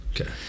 Okay